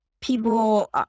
people